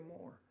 more